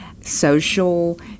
social